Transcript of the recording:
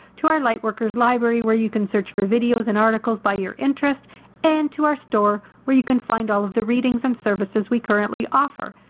to our lightworkers library where you can search for videos and articles by your interest and to our store, where you can find all of the readings and services we currently offer.